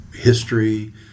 history